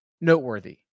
noteworthy